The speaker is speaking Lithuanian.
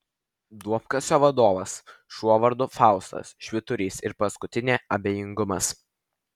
duobkasio vadovas šuo vardu faustas švyturys ir paskutinė abejingumas